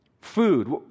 Food